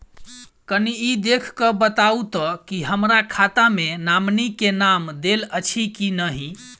कनि ई देख कऽ बताऊ तऽ की हमरा खाता मे नॉमनी केँ नाम देल अछि की नहि?